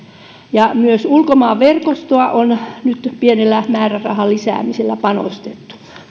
myös ulkomaan verkostoon on nyt pienellä määrärahan lisäämisellä panostettu